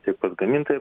tiek pas gamintoją